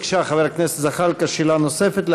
בבקשה, חבר הכנסת זחאלקה, שאלה נוספת.